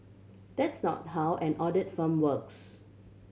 that's not how an audit firm works